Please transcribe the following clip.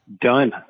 Done